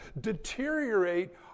deteriorate